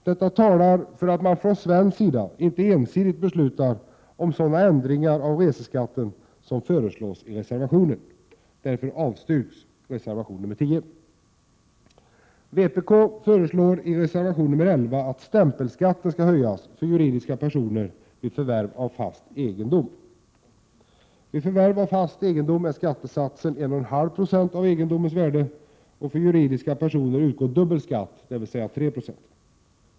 Detta talar för att man från svensk sida inte ensidigt bör besluta om sådana ändringar av reseskatten som föreslås i reservationen. Därför avstyrks reservation nr 10.